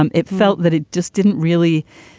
um it felt that it just didn't really